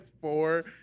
four